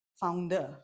founder